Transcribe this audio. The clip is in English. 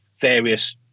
various